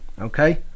Okay